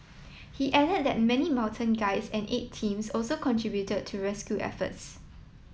he added that many mountain guides and aid teams also contributed to rescue efforts